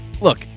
look